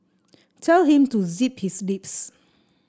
tell him to zip his lips